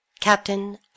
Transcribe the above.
captain